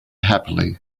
happily